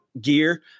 gear